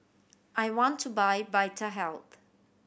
I want to buy Vitahealth